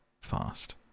fast